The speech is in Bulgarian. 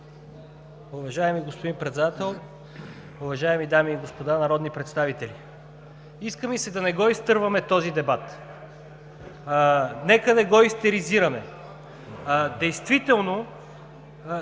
Уважаеми господин Председател, уважаеми дами и господа народни представители! Иска ми се да не го изтърваме този дебат. Нека не го истеризираме. Действително